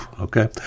Okay